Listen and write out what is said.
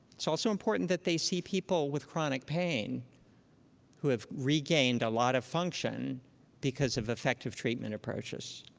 it's also important that they see people with chronic pain who have regained a lot of function because of effective treatment approaches.